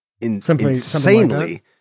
insanely